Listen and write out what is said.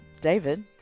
david